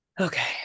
Okay